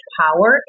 power